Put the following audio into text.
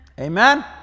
amen